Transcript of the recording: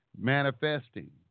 manifesting